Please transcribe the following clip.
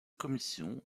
commission